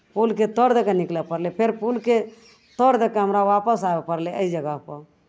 पुलके तर दऽ निकलय पड़लै फेर पुलके तर दऽ कऽ हमरा वापस आबय पड़लै एहि जगहपर